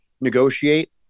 negotiate